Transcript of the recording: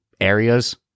areas